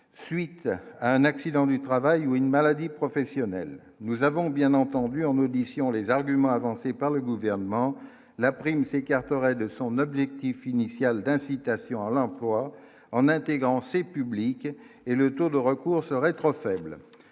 suite à un accident du travail ou une maladie professionnelle, nous avons bien entendu, on nous dit : si on les arguments avancés par le gouvernement, la prime s'écarterait de son objectif initial d'incitation à l'emploi, en intégrant ces publique et le taux de recours serait trop faible